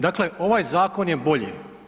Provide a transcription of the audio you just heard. Dakle, ovaj zakon je bolji.